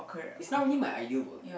is not really my ideal work